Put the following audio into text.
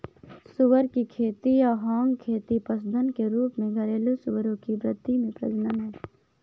सुअर की खेती या हॉग खेती पशुधन के रूप में घरेलू सूअरों की वृद्धि और प्रजनन है